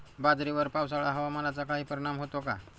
बाजरीवर पावसाळा हवामानाचा काही परिणाम होतो का?